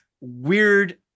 weird